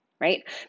right